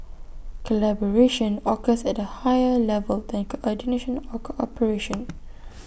collaboration occurs at A higher level than coordination low or cooperation